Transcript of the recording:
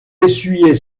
essuyait